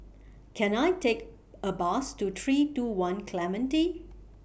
Can I Take A Bus to three two one Clementi